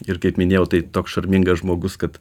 ir kaip minėjau tai toks šarmingas žmogus kad